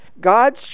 God's